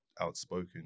outspoken